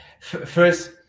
first